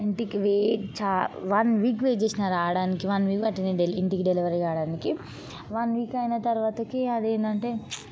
ఇంటికి వెయిట్ చా one week wait చేసిన రాడానికి వన్ వీక్ పట్టింది డెలి ఇంటికి డెలివరీ కాడానికి వన్ వీక్ అయిన తర్వాతకి అది ఏమిటంటే